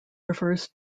refers